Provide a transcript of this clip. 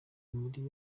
muri